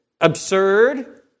absurd